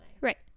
right